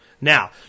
Now